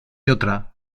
otra